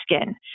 skin